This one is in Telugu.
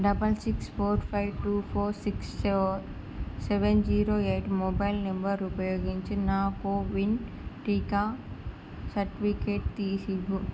double six four five two four six four seven zero eight mobile number ఉపయోగించి నా కోవిన్ టీకా సర్టిఫికేట్ తీసివ్వు